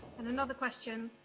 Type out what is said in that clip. and another question,